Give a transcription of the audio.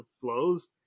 flows